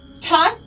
Todd